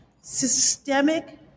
Systemic